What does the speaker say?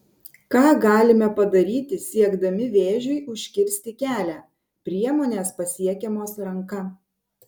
ką galime padaryti siekdami vėžiui užkirsti kelią priemonės pasiekiamos ranka